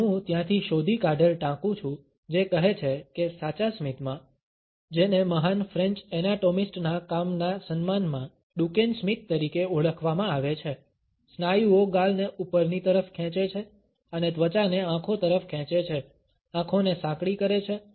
અને હું ત્યાંથી શોધી કાઢેલ ટાંકું છું જે કહે છે કે સાચા સ્મિતમાં જેને મહાન ફ્રેન્ચ એનાટોમિસ્ટના કામના સન્માનમાં ડુકેન સ્મિત તરીકે ઓળખવામાં આવે છે સ્નાયુઓ ગાલને ઉપરની તરફ ખેંચે છે અને ત્વચાને આંખો તરફ ખેંચે છે આંખોને સાંકડી કરે છે